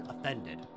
offended